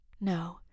No